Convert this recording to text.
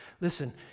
Listen